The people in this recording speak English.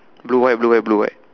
blue white blue white blue white